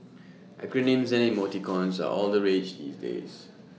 acronyms and emoticons are all the rage these days